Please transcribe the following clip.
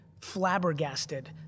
flabbergasted